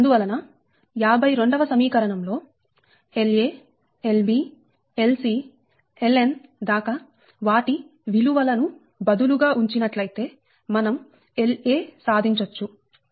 అందువలన 52 వ సమీకరణం లో La Lb Lc Ln దాకా వాటి విలువల ను బదులుగా ఉంచినట్లయితే మనం La సాధించొచ్చు